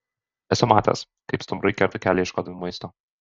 esu matęs kaip stumbrai kerta kelią ieškodami maisto